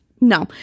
No